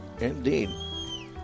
Indeed